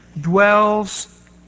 dwells